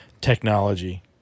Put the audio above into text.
technology